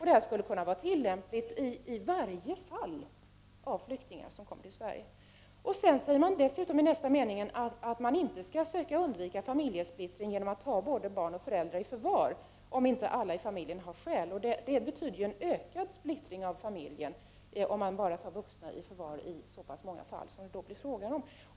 Detta skulle kunna vara tillämpligt i alla fall av de flyktingar kommer till Sverige. Av nästa mening framgår det att man inte skall söka undvika familjesplittring genom att ta både barn och föräldrar i förvar om inte alla i familjen har skäl. Det betyder ju en ökad splittring av familjen, om man bara tar vuxna i förvar i så pass många fall som det då blir fråga om.